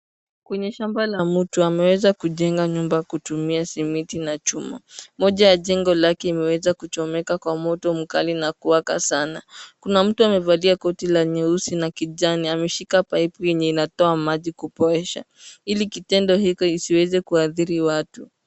Kwenye shamba la mtu ameweza kujenga nyumba kutumia simiti na chuma moja ya jengo lake limeweza kuchomeka kwa moto mkali na kuwaka sana. Kuna mtu amevalia koti la nyeusi na kijani. Ameshika paipu yenye inatoa maji kupoesha ili kitendo hicho isiweze kuadhiri watu.